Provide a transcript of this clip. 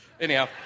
anyhow